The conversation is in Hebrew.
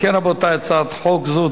אם כן, רבותי, הצעת חוק זו